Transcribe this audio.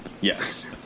Yes